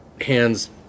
hands